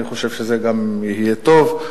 אני חושב שזה גם יהיה טוב.